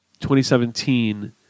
2017